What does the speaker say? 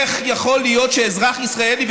איך יכול להיות שאזרח ישראלי,